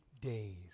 days